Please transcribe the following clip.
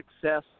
success